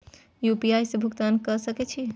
UPI से भुगतान क सके छी?